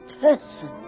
person